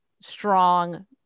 strong